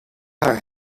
haar